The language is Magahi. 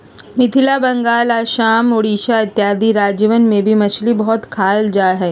मिथिला बंगाल आसाम उड़ीसा इत्यादि राज्यवन में भी मछली बहुत खाल जाहई